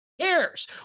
Cares